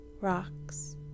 rocks